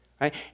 right